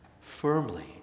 firmly